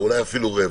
אולי אפילו רבע.